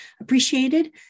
appreciated